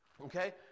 okay